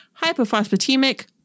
hypophosphatemic